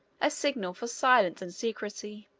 a signal for silence and secrecy.